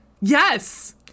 Yes